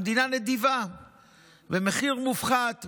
המדינה נדיבה במחיר מופחת,